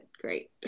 great